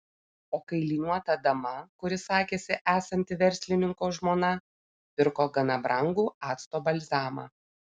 o kailiniuota dama kuri sakėsi esanti verslininko žmona pirko gana brangų acto balzamą